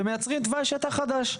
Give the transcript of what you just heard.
ומייצרים תוואי שטח חדש,